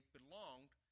belonged